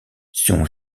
son